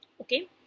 Okay